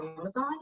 Amazon